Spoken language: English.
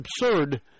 absurd